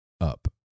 up